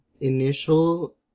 initial